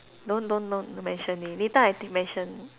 don't don't don't mention it later I think mention